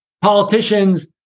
politicians